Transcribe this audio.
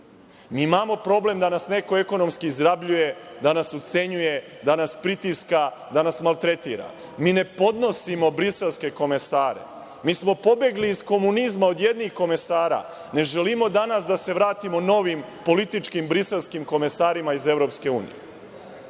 Mi imamo problem da nas neko ekonomski izrabljuje, da nas ucenjuje, da nas pritiska, da nas maltretira. Mi ne podnosimo briselske komesare. Mi smo pobegli iz komunizma od jednih komesara, ne želimo danas da se vratimo novim, političkim, briselskim komesarima iz EU.Mi